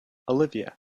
olivia